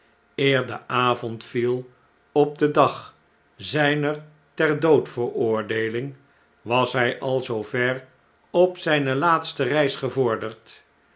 de avond viel op den dag zijner terdoodveroordeeling was hij al zoo ver op zijne laatste reis gevorderd